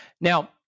Now